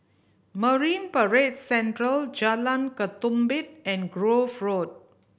Marine Parade Central Jalan Ketumbit and Grove Road